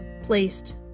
placed